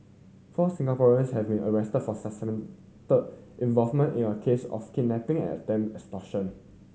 four Singaporeans have been arrested for suspected involvement in a case of kidnapping and attempted extortion